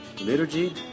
liturgy